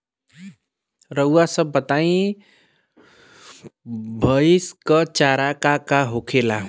रउआ सभ बताई भईस क चारा का का होखेला?